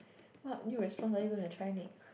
what new restaurants are you gonna try next